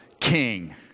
king